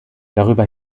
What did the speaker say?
darüber